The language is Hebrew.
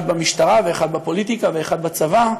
אחד במשטרה, ואחד בפוליטיקה, ואחד בצבא,